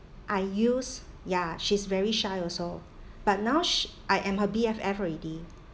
I use ya she's very shy also but now sh~ I am her B_F_F already